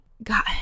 God